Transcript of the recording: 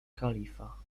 kalifa